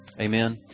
Amen